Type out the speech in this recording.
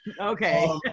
Okay